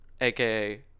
AKA